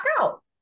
out